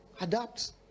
adapt